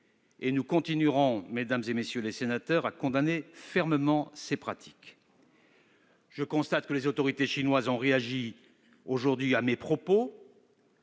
Nous continuerons, mesdames, messieurs les sénateurs, à condamner fermement ces pratiques. Je constate que les autorités chinoises ont réagi aujourd'hui à mes propos.